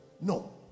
no